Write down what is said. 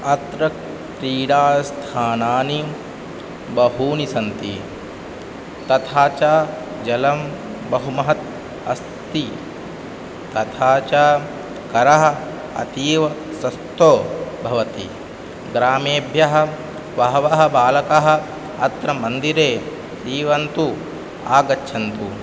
अत्र क्रीडास्थानानि बहूनि सन्ति तथा च जलं बहुमहत् अस्ति तथा च करः अतीव स्वस्थो भवति ग्रामेभ्यः बहवः बालकः अत्र मन्दिरे क्रीडन्तु आगच्छन्तु